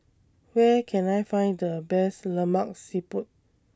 Where Can I Find The Best Lemak Siput